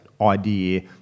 idea